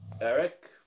Eric